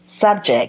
subject